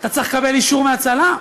אתה צריך לקבל אישור מהצלם,